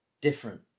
different